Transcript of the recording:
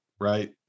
right